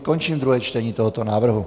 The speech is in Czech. Končím druhé čtení tohoto návrhu.